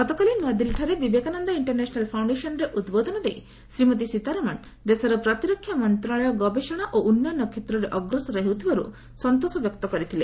ଗତକାଲି ନୂଆଦିଲ୍ଲୀଠାରେ ବିବେକାନନ୍ଦ ଇଷ୍ଟରନ୍ୟାସନାଲ୍ ପାଉଣ୍ଡେସନ୍ଠାରେ ଉଦ୍ବୋଧନ ଦେଇ ଶ୍ରୀମତୀ ସୀତାରମଣ ଦେଶର ପ୍ରତିରକ୍ଷା ମନ୍ତ୍ରଶାଳୟ ଗବେଷଣା ଓ ଉନ୍ନୟନ କ୍ଷେତ୍ରରେ ଅଗ୍ରସର ହେଉଥିବାରୁ ଖୁସି ବ୍ୟକ୍ତ କରିଥିଲେ